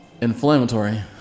inflammatory